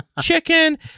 chicken